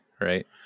right